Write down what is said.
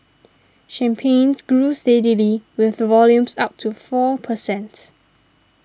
Champagnes grew steadily with volumes up to four per cent